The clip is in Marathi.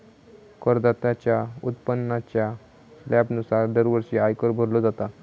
करदात्याच्या उत्पन्नाच्या स्लॅबनुसार दरवर्षी आयकर भरलो जाता